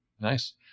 Nice